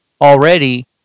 Already